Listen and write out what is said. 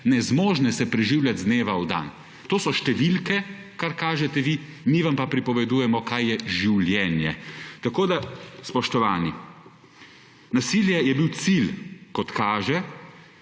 nezmožne se preživljat iz dneva v dan. To so številke, kar kažete vi, mi vam pa pripovedujemo, kaj je življenje. Tako da, spoštovani, nasilje je bil cilj, kot kaže,